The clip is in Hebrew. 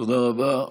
תודה רבה.